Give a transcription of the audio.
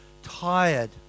tired